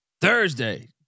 Thursday